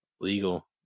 legal